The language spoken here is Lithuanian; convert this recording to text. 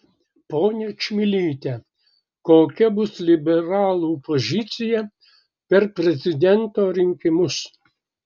ponia čmilyte kokia bus liberalų pozicija per prezidento rinkimus